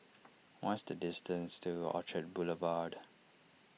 what is the distance to Orchard Boulevard